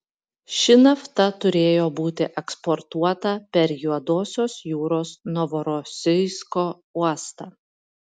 ši nafta turėjo būti eksportuota per juodosios jūros novorosijsko uostą